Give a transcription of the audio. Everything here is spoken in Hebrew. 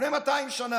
לפני 200 שנה.